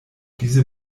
diese